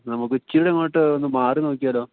നമുക്ക് ഇചിരിയും കൂടെ അങ്ങോട്ട് ഒന്ന് മാറി നോക്കിയാലോ